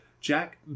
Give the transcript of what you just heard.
Jack